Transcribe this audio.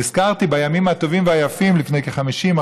נזכרתי בימים היפים לפני כ-30,